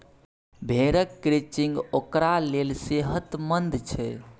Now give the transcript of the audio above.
भेड़क क्रचिंग ओकरा लेल सेहतमंद छै